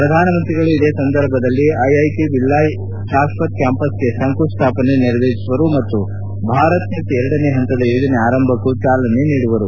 ಪ್ರಧಾನಮಂತ್ರಿಗಳು ಇದೇ ಸಂದರ್ಭದಲ್ಲಿ ಐಐಟಿ ಭಿಲ್ಲಾಯ್ ಶಾಶ್ವತ್ ಕ್ಲಾಂಪಸ್ಗೆ ಶಂಕುಸ್ಥಾಪನೆ ನೆರವೇರಿಸುವರು ಮತ್ತು ಭಾರತ್ನೆಟ್ ಎರಡನೇ ಪಂತದ ಯೋಜನೆ ಆರಂಭಕ್ಕೂ ಚಾಲನೆ ನೀಡುವರು